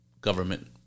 government